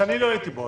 שאני לא הייתי בה,